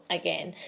again